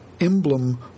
emblem